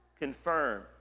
confirm